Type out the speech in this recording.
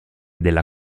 della